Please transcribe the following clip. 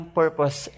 purpose